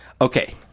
Okay